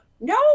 no